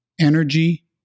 energy